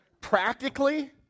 Practically